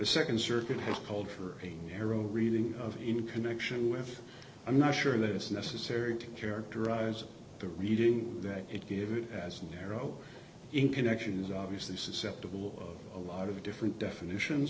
a nd circuit has called for a new hero reading of in connection with i'm not sure that it's necessary to characterize the reading that it gave it as an arrow in connection is obviously susceptible of a lot of different definitions